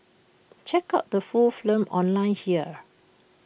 check out the full film online here